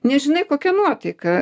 nežinai kokia nuotaika